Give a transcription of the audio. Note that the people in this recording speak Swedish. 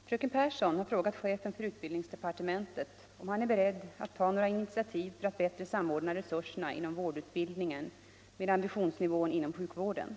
Herr talman! Fröken Pehrsson har frågat chefen för utbildningsdepartementet om han är beredd att ta några initiativ för att bättre samordna resurserna inom vårdutbildningen med ambitionsnivån inom sjukvården.